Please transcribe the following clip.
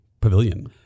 pavilion